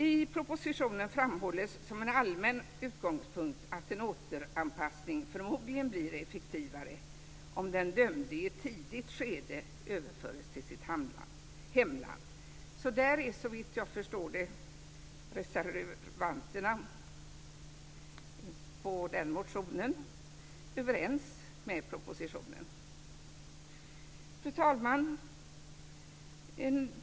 I propositionen framhålls som en allmän utgångspunkt att en återanpassning förmodligen blir effektivare om den dömde i ett tidigt skede överförs till sitt hemland. Beträffande den motionen är, såvitt jag förstår, reservanterna överens med propositionen. Fru talman!